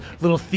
little